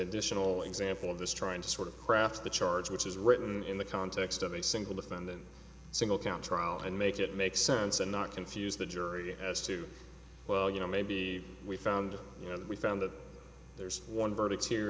additional example of this trying to sort of craft the charge which is written in the context of a single defendant single count trial and make it make sense and not confuse the jury as to well you know maybe we found you know that we found that there's one verdict here